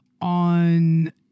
on